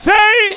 Say